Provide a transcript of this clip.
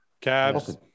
Cabs